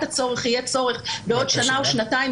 הצורך אם יהיה צורך בעוד שנה או שנתיים,